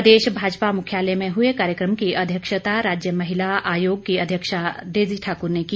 प्रदेश भाजपा मुख्यालय में हुए कार्यक्रम की अध्यक्षता राज्य महिला आयोग की अध्यक्षा डेजी ठाकुर ने की